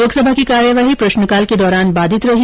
लोकसभा की कार्यवाही प्रश्नकाल के दौरान बाधित रही